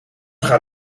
gaat